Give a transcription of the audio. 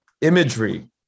imagery